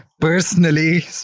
personally